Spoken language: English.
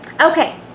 Okay